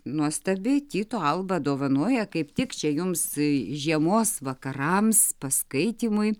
nuostabi tyto alba dovanoja kaip tik čia jums žiemos vakarams paskaitymui